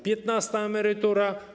Piętnasta emerytura?